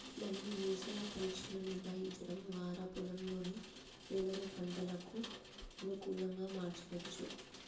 మనం భూసార పరీక్షలు నిర్వహించడం వారా పొలంలోని నేలను పంటలకు అనుకులంగా మార్చవచ్చు